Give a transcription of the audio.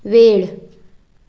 वेळ